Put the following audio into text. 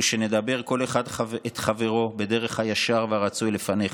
ושנדבר כל אחד את חברו בדרך הישר והרצוי לפניך,